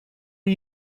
are